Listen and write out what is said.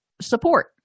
support